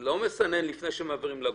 לא מסנן לפני שמעבירים לגוף,